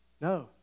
no